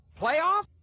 Playoff